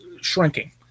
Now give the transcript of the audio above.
shrinking